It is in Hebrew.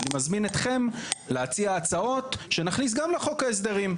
אני מזמין אתכם להציע הצעות שנכניס גם לחוק ההסדרים".